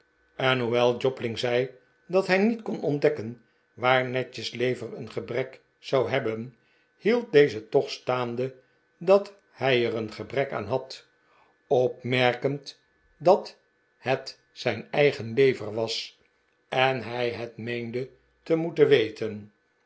en hoewel jobling zei dat hij niet kon ontdekken waar nadgett's lever een gebrek zou hebben hield deze toch staande dat hij er een gebrek aan had opmerkend dat het zijn